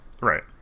Right